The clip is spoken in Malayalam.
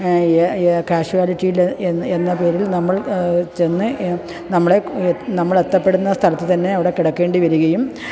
കാഷ്വാലിറ്റീൽ എന്ന എന്ന പേരിൽ നമ്മൾ ചെന്ന് നമ്മളേ നമ്മൾ എത്തിപ്പെടുന്ന സ്ഥലത്ത് തന്നെ അവിടെ കിടക്കേണ്ടി വരികയും